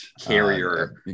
carrier